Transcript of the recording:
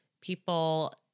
people